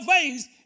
veins